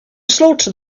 slaughter